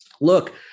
look